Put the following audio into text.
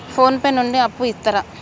Phone pay నుండి అప్పు ఇత్తరా?